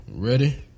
Ready